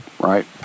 Right